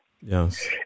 Yes